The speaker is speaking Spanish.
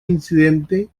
incidente